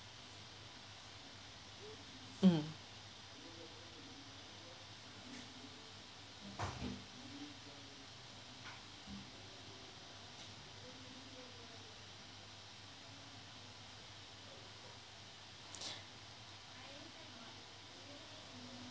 mm